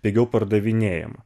pigiau pardavinėjama